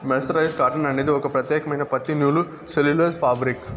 mercerised cotton అనేది ఒక ప్రత్యేకమైన పత్తి నూలు సెల్యులోజ్ ఫాబ్రిక్